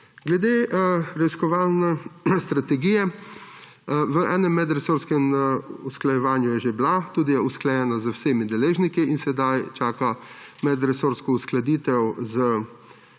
Glede raziskovalne strategije, v enem medresorskem usklajevanju je že bila tudi usklajena z vsemi deležniki in sedaj čaka medresorsko uskladitev v